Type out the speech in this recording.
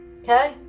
Okay